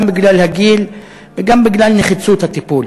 גם בגלל הגיל וגם בגלל נחיצות הטיפול.